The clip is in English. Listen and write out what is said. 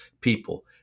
people